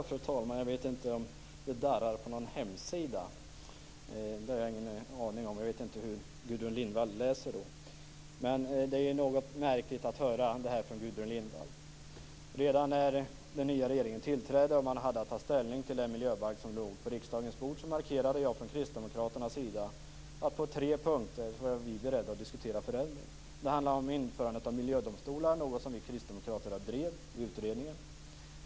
Fru talman! Jag vet inte om det darrar på hemsidan. Jag vet inte hur Gudrun Lindvall läser. Det är något märkligt att höra det här från Gudrun Lindvall. Redan när den nya regeringen tillträdde och man hade att ta ställning till den miljöbalk som låg på riksdagens bord markerade jag från Kristdemokraternas sida att vi på tre punkter var beredda att diskutera förändringar. Det handlade om införandet av miljödomstolar, som vi kristdemokrater drev i utredningen.